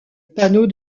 panneau